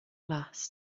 last